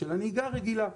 של נהיגה רגילה.